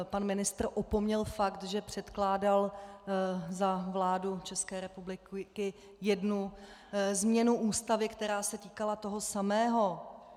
Pan ministr opomněl fakt, že předkládal za vládu České republiky jednu změnu Ústavy, která se týkala toho samého.